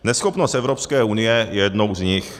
Neschopnost Evropské unie je jednou z nich.